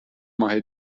ماه